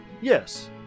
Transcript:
Yes